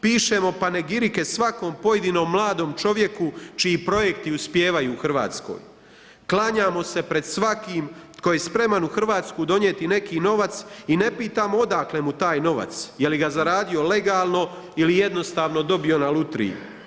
Pišemo panegirike svakom pojedinom mladom čovjeku, čiji projekti uspijevaju u Hrvatskoj, klanjamo se pred svakim tko je spreman u Hrvatsku donijeti i novac i ne pitamo odakle mu taj novac, je li ga zaradio legalno ili jednostavno dobio na lutriji.